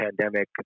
pandemic